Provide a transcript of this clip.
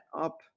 up